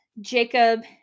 Jacob